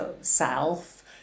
self